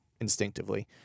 instinctively